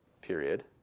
period